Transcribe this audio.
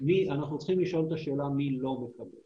אנחנו צריכים לשאול את השאלה מי לא מקבל